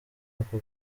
ako